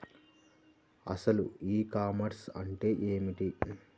అసలు e commerce అంటే ఏమిటి?